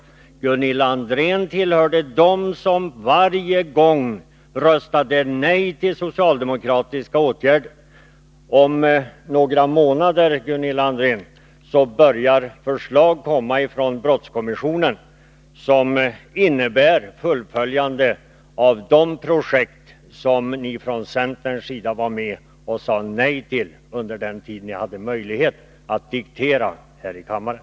Gunilla André tillhörde dem som varje gång röstade nej till socialdemokratiska åtgärder. Om några månader, Gunilla André, börjar förslag komma från brottskommissionen, innebärande ett fullföljande av de projekt som ni från centerns sida sade nej till under den tid när ni hade möjlighet att diktera besluten här i kammaren.